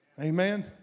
Amen